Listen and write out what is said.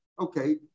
Okay